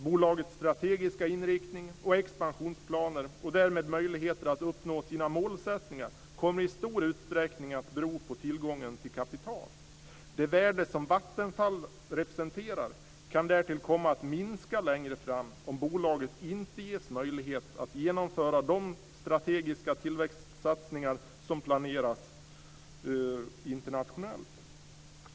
Bolagets strategiska inriktning och expansionsplaner och därmed möjligheter att uppnå sina målsättningar kommer i stor utsträckning att bero på tillgången till kapital. Det värde som Vattenfall representerar kan därtill komma att minska längre fram om bolaget inte ges möjlighet att genomföra de strategiska tillväxtsatsningar som planeras internationellt.